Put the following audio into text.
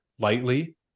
lightly